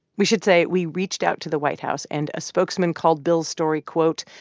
we should say we reached out to the white house, and a spokesman called bill's story, quote,